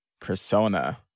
Persona